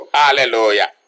hallelujah